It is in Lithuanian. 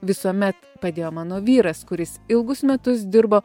visuomet padėjo mano vyras kuris ilgus metus dirbo